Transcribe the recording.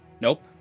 Nope